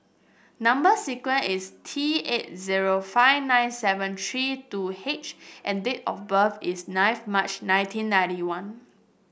number sequence is T eight zero five nine seven three two H and date of birth is ninth March nineteen ninety one